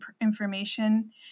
information